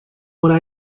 would